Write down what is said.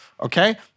okay